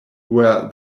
where